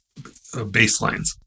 baselines